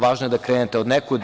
Važno je da krenete od nekud.